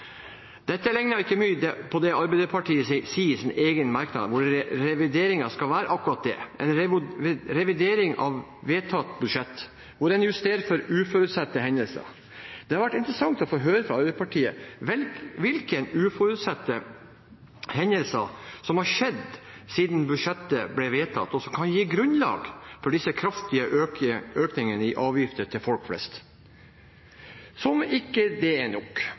Dette ligner ikke mye på det Arbeiderpartiet sier i sin egen merknad, hvor revideringen skal være akkurat det, en revidering av vedtatt budsjett hvor en justerer for uforutsette hendelser. Det hadde vært interessant å få høre fra Arbeiderpartiet hvilke uforutsette hendelser som har skjedd siden budsjettet ble vedtatt som kan gi grunnlag for disse kraftige økningene i avgiftene for folk flest. Som om ikke det er nok,